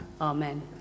Amen